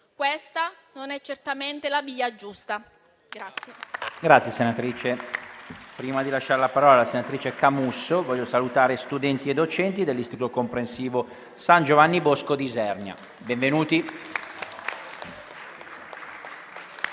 Questa non è certamente la via giusta.